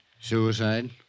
Suicide